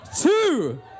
Two